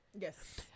Yes